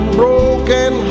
broken